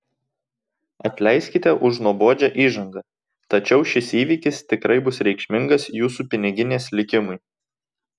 atleiskite už nuobodžią įžangą tačiau šis įvykis tikrai bus reikšmingas jūsų piniginės likimui